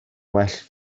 well